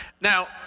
Now